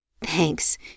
Thanks